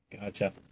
Gotcha